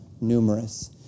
numerous